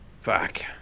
fuck